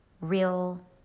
real